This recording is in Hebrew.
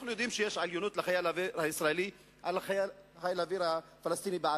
אנחנו יודעים שלחייל הישראלי יש עליונות על חיל האוויר הפלסטיני בעזה,